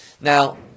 Now